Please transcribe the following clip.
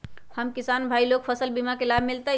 हम किसान भाई लोग फसल बीमा के लाभ मिलतई?